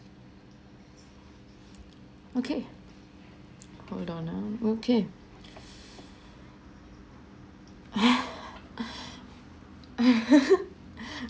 okay hold on err okay